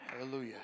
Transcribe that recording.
Hallelujah